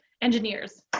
engineers